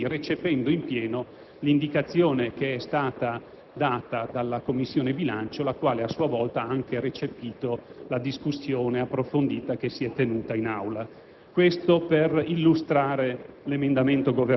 sull'indebitamento netto delle amministrazioni pubbliche, quindi recependo in pieno l'indicazione che è stata data dalla Commissione bilancio, la quale a sua volta ha anche recepito la discussione approfondita che si è tenuta in Aula.